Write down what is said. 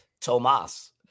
Tomas